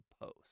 post